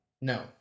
No